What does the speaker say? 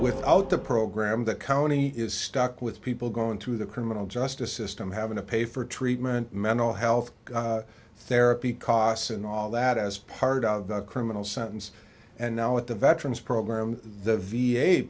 without a program the county is stuck with people going through the criminal justice system having to pay for treatment mental health therapy costs and all that as part of the criminal sentence and now with the veterans program the v